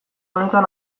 honetan